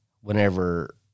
whenever –